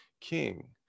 king